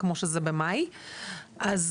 כמו שזה במאי --- סליחה,